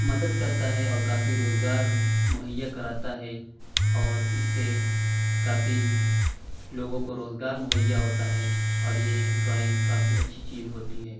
مدد کرتا ہے اور کافی روزگار مہیّا کراتا ہے اور اِس سے کافی لوگوں کو روزگار مہیّا ہوتا ہے اور یہ ڈرائنگ کافی اچھی چیز ہوتی ہے